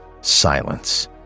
silence